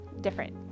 different